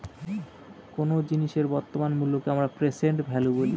কোন জিনিসের বর্তমান মুল্যকে আমরা প্রেসেন্ট ভ্যালু বলি